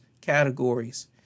categories